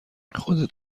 خودت